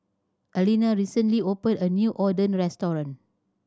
Alina recently open a new Oden restaurant